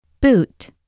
Boot